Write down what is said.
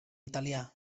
italià